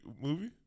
Movie